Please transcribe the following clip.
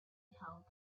held